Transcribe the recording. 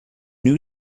new